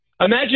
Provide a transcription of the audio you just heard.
Imagine